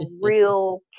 real